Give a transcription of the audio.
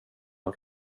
och